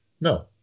No